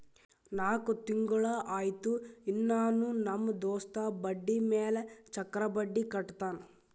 ನಾಕ್ ತಿಂಗುಳ ಆಯ್ತು ಇನ್ನಾನೂ ನಮ್ ದೋಸ್ತ ಬಡ್ಡಿ ಮ್ಯಾಲ ಚಕ್ರ ಬಡ್ಡಿ ಕಟ್ಟತಾನ್